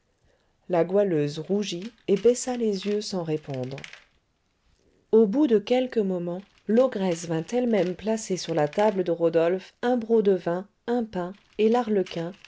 la goualeuse rougit et baissa les yeux sans répondre au bout de quelques moments l'ogresse vint elle-même placer sur la table de rodolphe un broc de vin un pain et l'arlequin